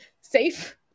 Safe